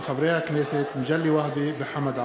הצעות חברי הכנסת מגלי והבה וחמד עמאר.